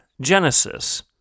Genesis